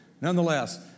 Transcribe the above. nonetheless